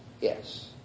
Yes